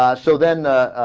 ah so then ah.